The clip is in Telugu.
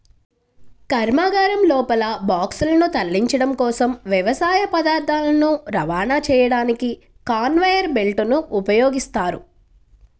కర్మాగారం లోపల బాక్సులను తరలించడం కోసం, వ్యవసాయ పదార్థాలను రవాణా చేయడానికి కన్వేయర్ బెల్ట్ ని ఉపయోగిస్తారు